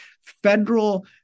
federal